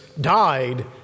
died